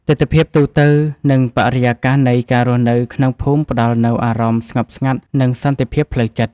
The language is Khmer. ទិដ្ឋភាពទូទៅ និងបរិយាកាសនៃការរស់នៅក្នុងភូមិផ្ដល់នូវអារម្មណ៍ស្ងប់ស្ងាត់ និងសន្តិភាពផ្លូវចិត្ត។